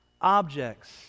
Objects